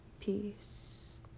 peace